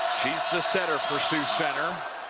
she is the center for sioux center